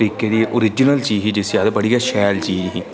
तरीके दी ओरिजनल चीज ही जिसी आखदे बड़ी गै शैल चीज ही